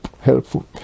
helpful